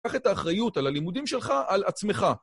קח את האחריות על הלימודים שלך על עצמך.